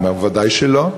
הוא אומר: ודאי שלא.